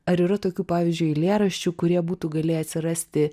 ar yra tokių pavyzdžiui eilėraščių kurie būtų galėję atsirasti